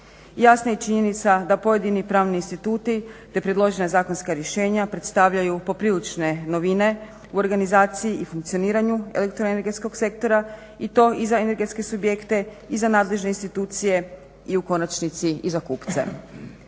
Jasna je i činjenica da pojedini pravni instituti te predložena zakonska rješenja predstavljaju poprilične novine u organizaciji i funkcioniranju elektroenergetskog sektora i to i za energetske subjekte i za nadležne institucije i u konačnici i za kupce.